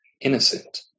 innocent